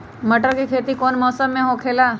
मटर के खेती कौन मौसम में होखेला?